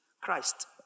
Christ